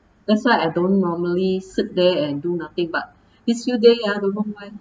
that's why I don't normally sit there and do nothing but these few day ah don't know why